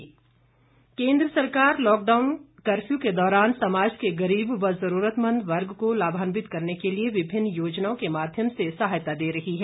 उज्जवला योजना केंद्र सरकार लॉकडाउन कफ्यू के दौरान समाज के गरीब व जरूरतमंद वर्ग को लाभान्वित करने के लिए विभिन्न योजनाओं के माध्यम से सहायता दे रही है